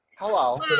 Hello